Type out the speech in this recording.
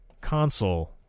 console